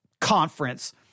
conference